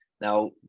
Now